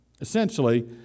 essentially